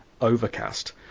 overcast